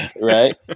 right